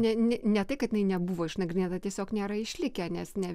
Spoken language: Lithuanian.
ne ne ne tai kad jinai nebuvo išnagrinėta tiesiog nėra išlikę nes ne